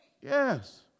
Yes